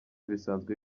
bisanzwe